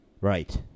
Right